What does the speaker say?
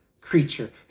creature